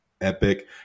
epic